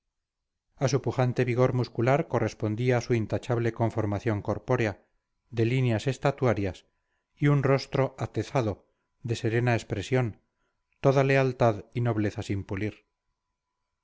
su pujante vigor muscular correspondía su intachable conformación corpórea de líneas estatuarias y un rostro atezado de serena expresión toda lealtad y nobleza sin pulir